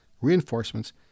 reinforcements